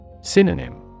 Synonym